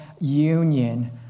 union